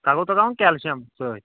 تَتھ گوٚو تَتھ ترٛاوُن کیلشَم سۭتۍ